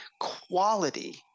quality